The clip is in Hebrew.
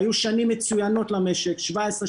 היו שנים מצוינות למשק 2017,